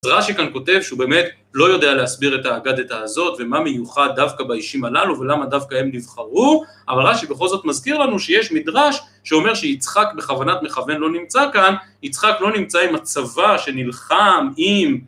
רש"י כאן כותב שהוא באמת לא יודע להסביר את האגדתא הזאת ומה מיוחד דווקא באישים הללו, ולמה דווקא הם נבחרו, אבל ראשי בכל זאת מזכיר לנו שיש מדרש שאומר שיצחק בכוונת מכוון לא נמצא כאן, יצחק לא נמצא עם הצבא שנלחם עם...